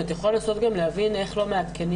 אם אתה יכול לנסות להבין איך לא מעדכנים